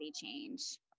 change